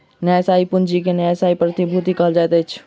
न्यायसम्य पूंजी के न्यायसम्य प्रतिभूति कहल जाइत अछि